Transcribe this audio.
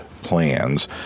plans